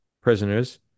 Prisoners